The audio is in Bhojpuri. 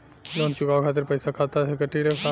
लोन चुकावे खातिर पईसा खाता से कटी का?